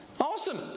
Awesome